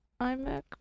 iMac